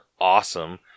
awesome